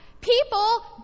people